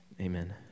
amen